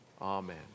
Amen